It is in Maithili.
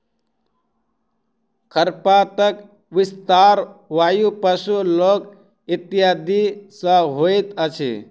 खरपातक विस्तार वायु, पशु, लोक इत्यादि सॅ होइत अछि